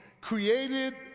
created